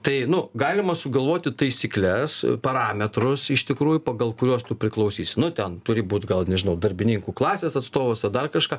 tai nu galima sugalvoti taisykles parametrus iš tikrųjų pagal kuriuos tu priklausysi nu ten turi būt gal nežinau darbininkų klasės atstovas ar dar kažką